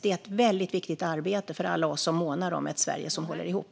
Det är ett väldigt viktigt arbete för alla oss som månar om ett Sverige som håller ihop.